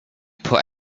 put